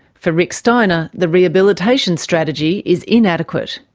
for rick steiner, the rehabilitation strategy is inadequate.